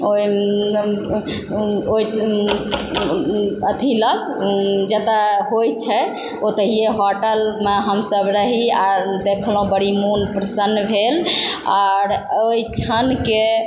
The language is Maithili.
ओइ ओइ अथी लग जेतऽ होइ छै ओतय होटलमे हम सब रही आओर देखलहुँ बड़ी मोन प्रसन्न भेल आओर ओइ क्षणके